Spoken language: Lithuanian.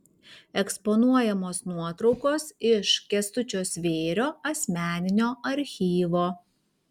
eksponuojamos nuotraukos iš kęstučio svėrio asmeninio archyvo